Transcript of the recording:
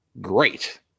great